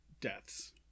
deaths